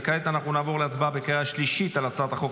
כעת נעבור להצבעה בקריאה שלישית על הצעת חוק